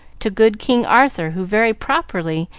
to good king arthur, who, very properly,